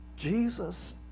Jesus